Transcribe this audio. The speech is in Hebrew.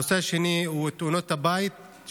הנושא השני הוא תאונות הבית,